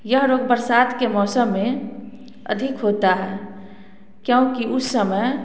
यह रोग बरसात के मौसम में अधिक होता है क्योंकि उस समय